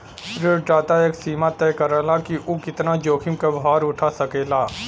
ऋणदाता एक सीमा तय करला कि उ कितना जोखिम क भार उठा सकेला